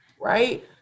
right